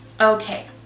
Okay